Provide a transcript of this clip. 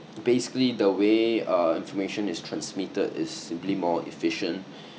basically the way uh information is transmitted is simply more efficient